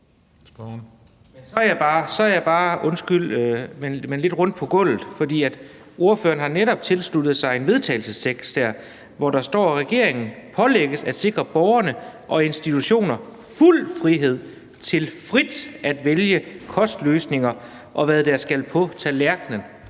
så er jeg bare lidt rundt på gulvet, for ordføreren har netop tilsluttet sig en vedtagelsestekst, hvor der står: »Regeringen pålægges at sikre borgerne og institutionerne fuld frihed til frit at vælge kostløsninger, og hvad der skal på tallerkenen.«